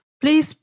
please